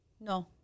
no